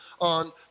on